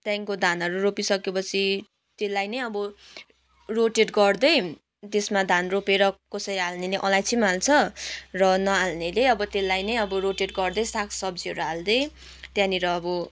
त्यहाँदेखिको धानहरू रोपिसकेपछि त्यसलाई नै अब रोटेट गर्दै त्यसमा धान रोपेर कसैले हाल्नेले अलैँची हाल्छ र नहाल्नेले अब त्यसलाई नै अब रोटेट गर्दै सागसब्जीहरू हाल्दै त्यहाँनिर अब